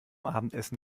abendessen